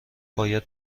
باید